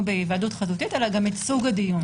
בהיוועדות חזותית אלא גם את סוג הדיון.